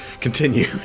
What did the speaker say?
Continue